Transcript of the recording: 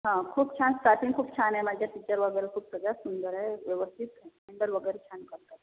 हा खूप छान स्टाफ पण खूप छान आहे माझ्या टीचर वगैरे खूप सगळ्याच सुंदर आहे व्यवस्थित हॅण्डल वगैरे छान करतात